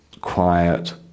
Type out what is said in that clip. quiet